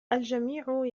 الجميع